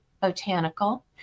botanical